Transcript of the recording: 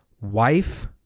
Wife